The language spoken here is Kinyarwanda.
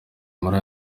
muri